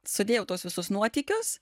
sudėjau tuos visus nuotykius